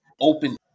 open